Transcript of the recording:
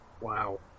Wow